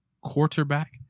quarterback